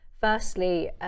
firstly